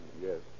Yes